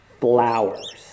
flowers